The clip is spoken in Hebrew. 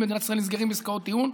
במדינת ישראל נסגרים בעסקאות טיעון.